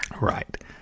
Right